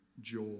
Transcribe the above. joy